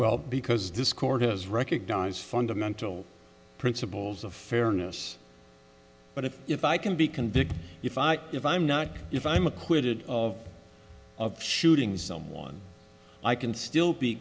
well because this court has recognized fundamental principles of fairness but if if i can be convicted if i if i'm not if i'm acquitted of of shooting someone i can still be